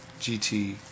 GT